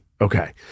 Okay